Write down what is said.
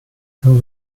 till